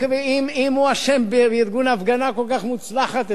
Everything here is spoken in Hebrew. אם הוא אשם בארגון הפגנה כל כך מוצלחת,